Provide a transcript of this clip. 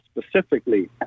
specifically